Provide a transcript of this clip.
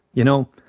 you know,